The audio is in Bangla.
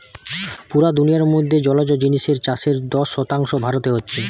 পুরা দুনিয়ার মধ্যে জলজ জিনিসের চাষের দশ শতাংশ ভারতে হচ্ছে